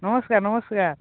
ନମସ୍କାର୍ ନମସ୍କାର୍